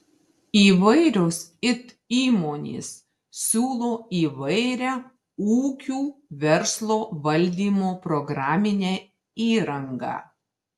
įvairios it įmonės siūlo įvairią ūkių verslo valdymo programinę įrangą